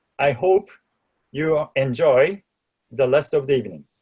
i hope you'll enjoy the rest of the evening.